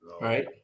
right